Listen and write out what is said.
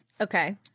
Okay